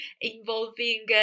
involving